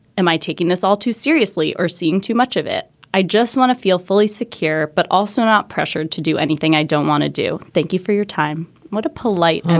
am i taking this all too seriously or seeing too much of it? i just want to feel fully secure, but also not pressured to do anything i don't want to do. thank you for your time. what a polite i'm